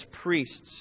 priests